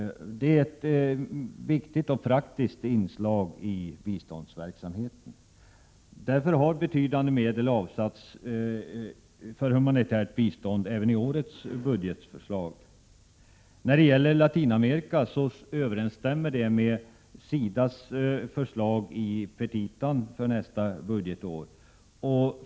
Det är ett viktigt och praktiskt inslag i biståndsverksamheten. Betydande medel avsätts därför för humanitärt bistånd även i årets budgetproposition. Förslaget vad gäller Latinamerika överensstämmer med SIDA:s äskande i petitan för nästa budgetår.